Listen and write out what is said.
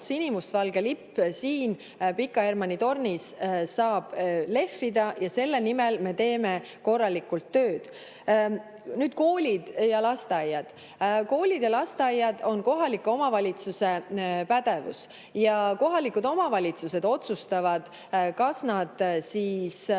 sinimustvalge lipp siin Pika Hermanni tornis saab lehvida, ja selle nimel me teeme korralikult tööd. Nüüd koolid ja lasteaiad. Koolid ja lasteaiad on kohaliku omavalitsuse pädevuses. Kohalikud omavalitsused otsustavad, kas nad